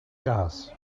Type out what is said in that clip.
gas